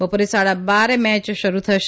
બપોરે સાડા બારે મેય શરૂ થશે